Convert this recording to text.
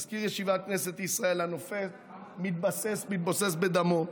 מזכיר ישיבת כנסת ישראל, הנופל ומתבוסס בדמו.